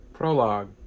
Prologue